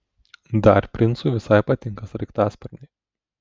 dar princui visai patinka sraigtasparniai